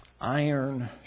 Iron